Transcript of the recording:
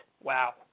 Wow